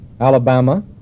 Alabama